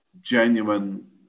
genuine